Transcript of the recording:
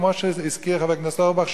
כמו שהזכיר חבר הכנסת אורבך,